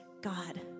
God